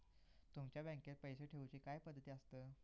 तुमच्या बँकेत पैसे ठेऊचे काय पद्धती आसत?